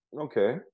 Okay